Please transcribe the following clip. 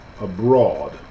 abroad